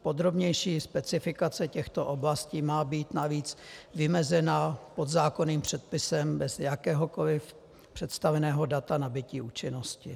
Podrobnější specifikace těchto oblastí má být navíc vymezena podzákonným předpisem bez jakéhokoli představeného data nabytí účinnosti.